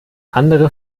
andere